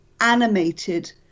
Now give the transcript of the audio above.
animated